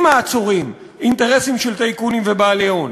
מעצורים אינטרסים של טייקונים ובעלי הון.